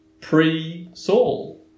pre-Saul